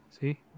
See